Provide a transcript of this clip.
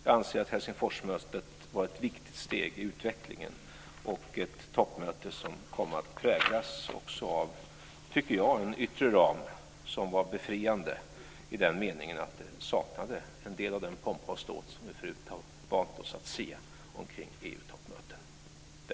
Jag anser att Helsingforsmötet var ett viktigt steg i utvecklingen och ett toppmöte som också kom att präglas av en yttre ram som var befriande i den meningen att det saknade en del av den pompa och ståt som vi förut har vant oss vid att se omkring EU